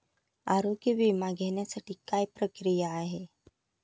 आरोग्य विमा घेण्यासाठी काय प्रक्रिया आहे?